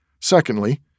Secondly